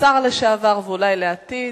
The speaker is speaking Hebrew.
השר לשעבר, ואולי לעתיד.